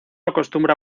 acostumbra